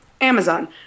Amazon